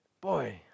boy